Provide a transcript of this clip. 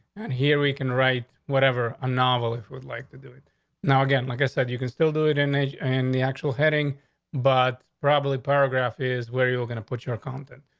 here we can write whatever a novel if you would like to do it now again, like i said, you can still do it. and the and the actual heading but probably paragraph is where you're gonna put your content.